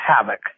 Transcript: havoc